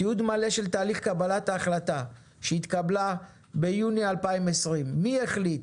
תיעוד מלא של תהליך קבלת ההחלטה שהתקבלה ביוני 2020. מי החליט?